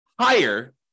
higher